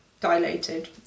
dilated